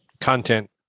content